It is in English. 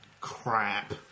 crap